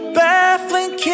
baffling